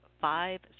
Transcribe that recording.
Five